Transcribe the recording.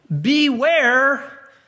beware